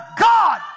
God